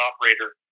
operator